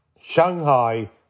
Shanghai